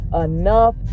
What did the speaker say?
enough